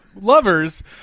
lovers